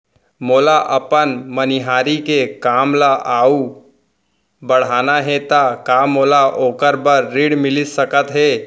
मोला अपन मनिहारी के काम ला अऊ बढ़ाना हे त का मोला ओखर बर ऋण मिलिस सकत हे?